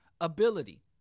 ability